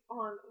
on